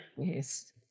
Yes